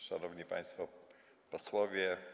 Szanowni Państwo Posłowie!